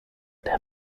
der